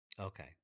Okay